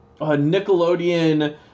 Nickelodeon